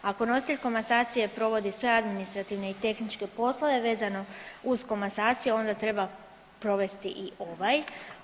Ako nositelj komasacije provodi sve administrativne i tehničke poslove vezano uz komasaciju onda treba provesti i ovaj.